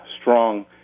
strong